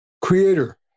creator